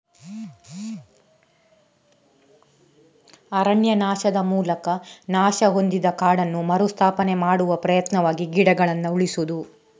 ಅರಣ್ಯನಾಶದ ಮೂಲಕ ನಾಶ ಹೊಂದಿದ ಕಾಡನ್ನು ಮರು ಸ್ಥಾಪನೆ ಮಾಡುವ ಪ್ರಯತ್ನವಾಗಿ ಗಿಡಗಳನ್ನ ಉಳಿಸುದು